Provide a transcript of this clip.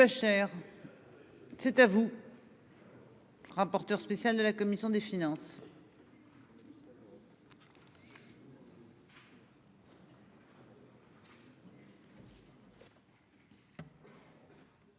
2 peuchère, c'est à vous. Rapporteur spécial de la commission des finances.